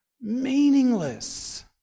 meaningless